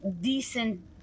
decent